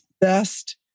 best